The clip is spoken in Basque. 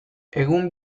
egun